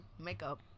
makeup